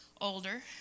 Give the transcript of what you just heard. older